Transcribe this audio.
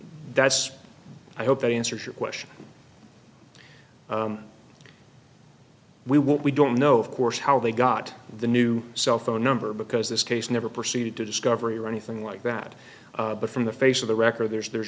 that's i hope that answers your question we won't we don't know of course how they got the new cell phone number because this case never proceeded to discovery or anything like that but from the face of the record there's there's